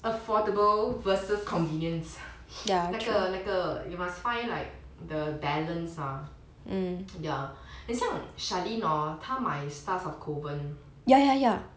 affordable versus convenience 那个那个 you must find like the balance ah ya um 很像 charlene hor 她买 stars of kovan